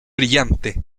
brillante